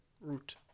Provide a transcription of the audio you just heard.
Root